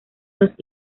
dos